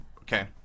Okay